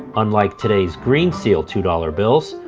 unlike today's green-seal two dollars bills,